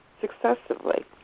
successively